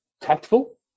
tactful